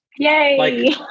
Yay